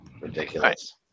Ridiculous